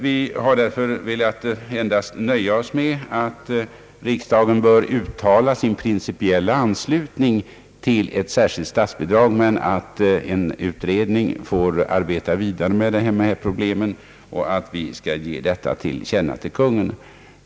Vi har därför velat nöja oss med att riksdagen bör uttala sin principiella anslutning till linjen med ett särskilt statsbidrag, men att en utredning bör få arbeta vidare med problemet och att vi skall ge detta till känna för Kungl. Maj:t.